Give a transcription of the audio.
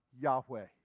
Yahweh